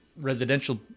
residential